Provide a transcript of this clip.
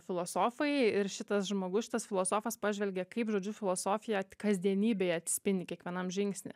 filosofai ir šitas žmogus šitas filosofas pažvelgė kaip žodžiu filosofija kasdienybėj atsispindi kiekvienam žingsny